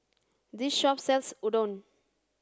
this shop sells Udon